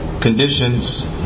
conditions